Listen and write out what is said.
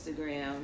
instagram